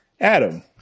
Adam